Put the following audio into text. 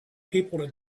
people